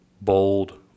bold